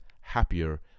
happier